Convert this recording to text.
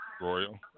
Royal